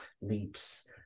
leaps